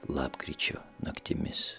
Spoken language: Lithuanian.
lapkričio naktimis